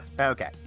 Okay